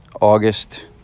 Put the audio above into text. August